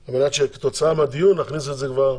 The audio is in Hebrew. על מנת שכתוצאה מהדיון נכניס את זה כבר,